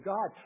God